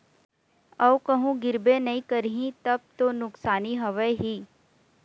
अऊ कहूँ गिरबे नइ करही तब तो नुकसानी हवय ही